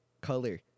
color